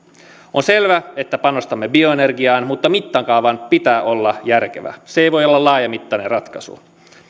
on selvä että panostamme bioenergiaan mutta mittakaavan pitää olla järkevä se ei voi olla laajamittainen ratkaisu